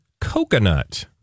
coconut